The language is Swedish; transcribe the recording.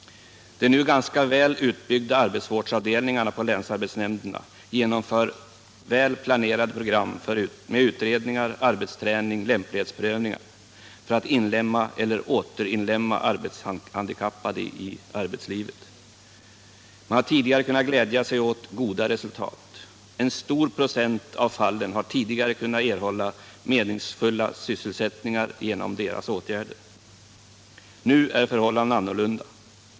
De nu ganska väl utbyggda <arbetsvårdsavdelningarna på länsarbetsnämnderna genomför bra planerade program med utredningar, arbetsträning och lämplighetsprövningar för att inlemma eller återinlemma arbetshandikappade i arbetslivet. Man har tidigare kunnat glädja sig åt goda resultat. En stor procent av fallen har tidigare kunnat erhålla meningsfulla sysselsättningar genom dessa åtgärder. Nu är förhållandena annorlunda.